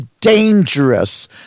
dangerous